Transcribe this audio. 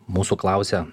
mūsų klausia